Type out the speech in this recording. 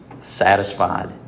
satisfied